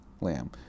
lamb